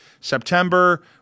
September